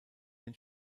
den